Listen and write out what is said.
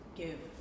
give